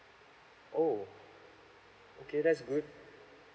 oh okay that's good